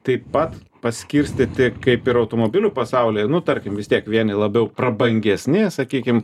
taip pat paskirstyti kaip ir automobilių pasaulyje nu tarkim vis tiek vieni labiau prabangesnės sakykim